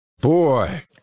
Boy